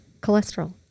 cholesterol